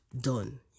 done